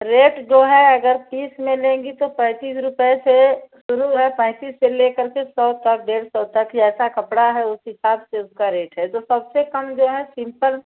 rate जो है अगर तीस में लेंगी तो पैंतीस रुपये से शुरू है पैंतीस से लेकर के सौ तक डेढ़ सौ तक ही ऐसा कपड़ा है उस हिसाब से उसका रेट है तो सबसे कम जो है सिम्पल